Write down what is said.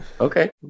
okay